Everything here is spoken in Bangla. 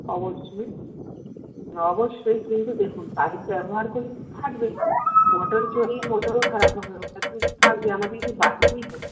অবশ্যই অবশ্যই কিন্তু দেখুন পাইপ ব্যবহার করলে তো ফাটবেই মোটর চললে মোটরও খারাপ হবে বাড়িতেই